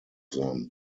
them